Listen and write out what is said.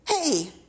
hey